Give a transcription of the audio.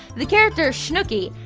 the character shnooky,